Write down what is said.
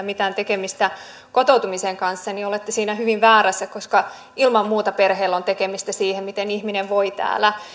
mitään tekemistä kotoutumisen kanssa että olette siinä hyvin väärässä koska ilman muuta perheellä on tekemistä sen kanssa miten ihminen täällä voi